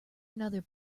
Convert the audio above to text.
another